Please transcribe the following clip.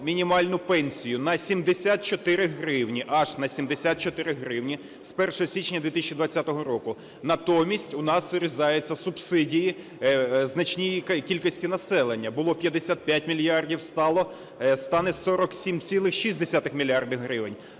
мінімальну пенсію на 74 гривні, аж на 74 гривні, з 1 січня 2020 року, натомість у нас урізаються субсидії значній кількості населення. Було 55 мільярдів стане 47,6 мільярда гривень.